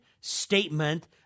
statement